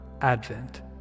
advent